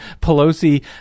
Pelosi